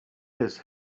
his